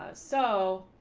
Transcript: ah so.